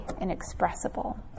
inexpressible